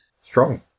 Strong